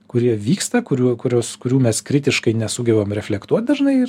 kurie vyksta kurių kurius kurių mes kritiškai nesugebam reflektuot dažnai ir